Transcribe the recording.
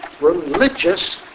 religious